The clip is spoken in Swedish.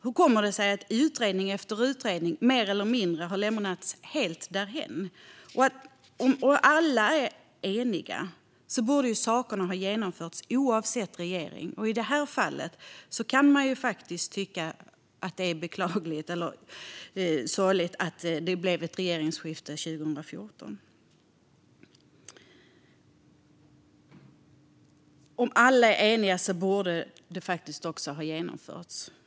Hur kommer det sig att utredning efter utredning har lämnats mer eller mindre därhän? Om alla är eniga borde sakerna ha genomförts, oavsett regering. I det här fallet kan man tycka att det är sorgligt att det 2014 blev ett regeringsskifte. Om alla är eniga borde förändringar ha genomförts.